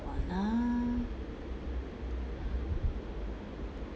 on ah